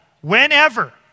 whenever